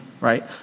right